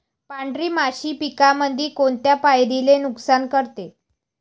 पांढरी माशी पिकामंदी कोनत्या पायरीले नुकसान करते?